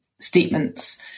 statements